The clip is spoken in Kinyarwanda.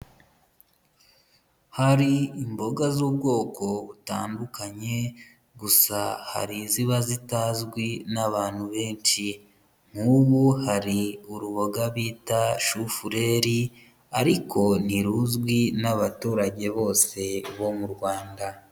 Hari imboga z'ubwoko butandukanye; gusa hari iziba zitazwi n'abantu benshi. Nk'ubu hari uruboga bita shufureri ariko ntiruzwi n'abaturage bose bo mu rwanda.